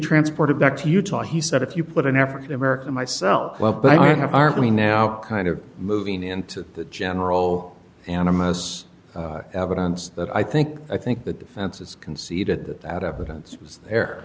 transported back to utah he said if you put an african american myself but i have aren't we now kind of moving into the general animus evidence that i think i think the defense is conceded that that evidence